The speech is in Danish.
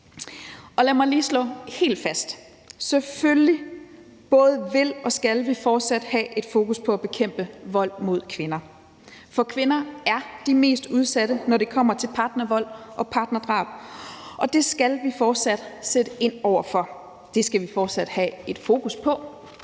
Lad mig lige slå helt fast: Selvfølgelig både vil og skal vi fortsat have et fokus på at bekæmpe vold mod kvinder. For kvinder er de mest udsatte, når det kommer til partnervold og partnerdrab, og det skal vi fortsat sætte ind over for. Det skal vi fortsat have et fokus på.